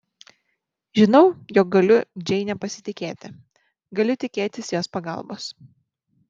žinau jog galiu džeine pasitikėti galiu tikėtis jos pagalbos